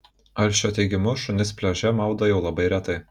alšio teigimu šunis pliaže maudo jau labai retai